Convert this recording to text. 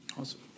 Awesome